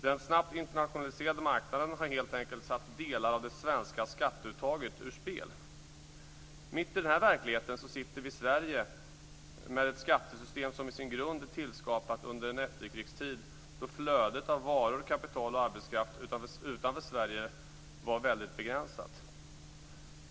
Den snabbt internationaliserade marknaden har helt enkelt satt delar av det svenska skatteuttaget ur spel. Mitt i den här verkligheten sitter vi i Sverige med ett skattesystem som i sin grund är tillskapat under en efterkrigstid då flödet av varor, kapital och arbetskraft utanför Sverige var väldigt begränsat.